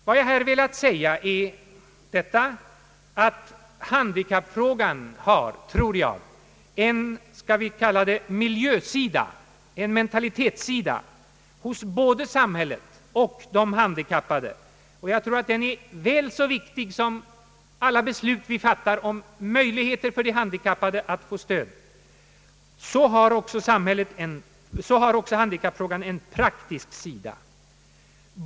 Vad jag här velat säga är att handikappfrågan har en, skall vi säga, miljösida, en mentalitetssida för både samhället och de handikappade. Jag tror att den är väl så viktig som alla beslut vi fattar om möjligheterna för de handikappade att få stöd. Så har också handikappfrågan en praktisk sida.